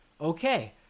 Okay